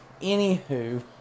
Anywho